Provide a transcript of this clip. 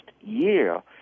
year